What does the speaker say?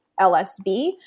LSB